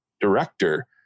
director